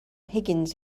higgins